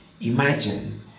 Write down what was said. imagine